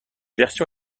version